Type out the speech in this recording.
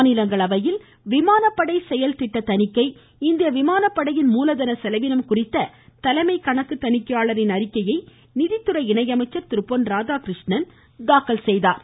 மாநிலங்களவையில் விமானப்படை செயல்திட்ட தணிக்கை இந்திய விமானப்படையின் தலைமை கணக்கு குறித்த தணிக்கையாளரின் அறிக்கையை நிதித்துறை இணை இணை அமைச்சர் திரு பொன் ராதாகிருஷ்ணன் தாக்கல் செய்தார்